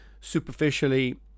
superficially